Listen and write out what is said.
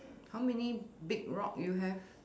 how many big rock you have